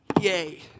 Yay